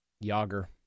Yager